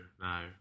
no